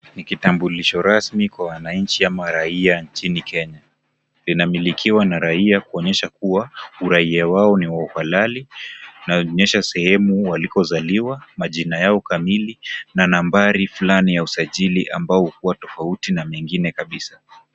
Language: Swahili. Kitambulisho rasmi kwa wananchi ama raia nchini Kenya. Kinamilikiwa na raia kuonyesha kuwa uraia wao ni wa uhalali, inaonyesha sehemu waliko zaliwa, majina yao kamili na nambari fulani ya usajili ambao huwa tofauti na mengine kabisa.